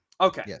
Okay